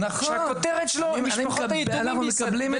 שהכותרת שלו היא משפחות היתומים בישראל,